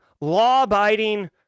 law-abiding